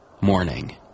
morning